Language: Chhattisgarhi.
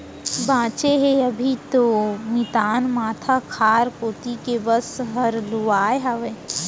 बांचे हे अभी तो मितान माथा खार कोती के बस हर लुवाय हावय